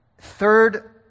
Third